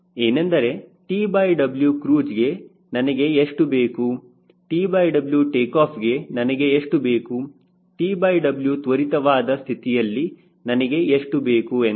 ಏನೆಂದರೆ TW ಕ್ರೂಜ್ಗೆ ನನಗೆ ಇಷ್ಟು ಬೇಕು TW ಟೇಕಾಫ್ಗೆ ನನಗೆ ಇಷ್ಟು ಬೇಕು TW ತ್ವರಿತವಾದ ಸ್ಥಿತಿಯಲ್ಲಿ ನನಗೆ ಇಷ್ಟು ಬೇಕು ಎಂದು